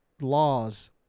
laws